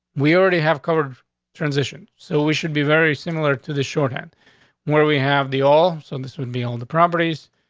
we already have covered transition. so we should be very similar to the shorthand where we have the all. so this would be on the properties,